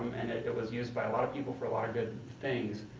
and it was used by a lot of people for a lot of good things,